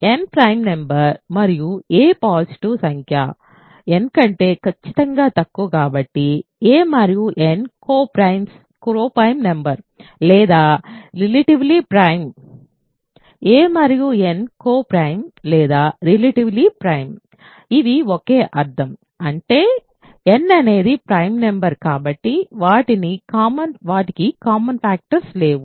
n prime number మరియు a positive సంఖ్య n కంటే ఖచ్చితంగా తక్కువ కాబట్టి a మరియు n కో ప్రైమ్ నెంబర్ లేదా రిలెటివ్లీ ప్రైమ్ a మరియు n కో ప్రైమ్ లేదా రిలెటివ్లీ ప్రైమ్ ఇవి ఒకే అర్థం అంటే n అనేది ప్రైమ్ నెంబర్ కాబట్టి వాటికి కామన్ ఫ్యాక్టర్స్ లేవు